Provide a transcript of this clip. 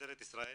משטרת ישראל